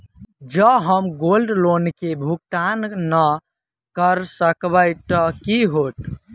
जँ हम gold loan केँ भुगतान न करऽ सकबै तऽ की होत?